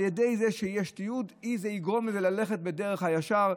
בזכות זה שיש תיעוד זה יגרום לזה ללכת בדרך הישר,